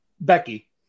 Becky